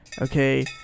Okay